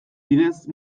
bidez